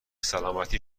سلامتی